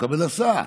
מקבל הסעה,